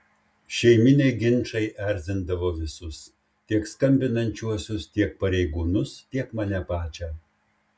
šeiminiai ginčai erzindavo visus tiek skambinančiuosius tiek pareigūnus tiek mane pačią